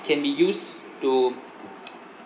can be used to